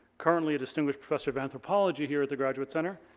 currently a distinguished professor of anthropology here at the graduate center,